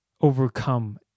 overcome